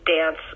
dance